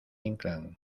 inclán